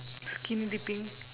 skinny dipping